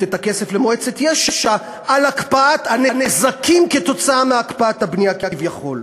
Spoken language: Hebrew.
את הכסף למועצת יש"ע על הקפאת הנזקים כתוצאה מהקפאת הבנייה כביכול?